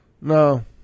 No